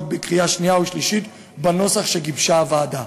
בקריאה שנייה ושלישית בנוסח שגיבשה הוועדה.